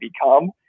become